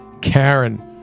Karen